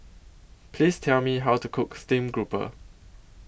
Please Tell Me How to Cook Stream Grouper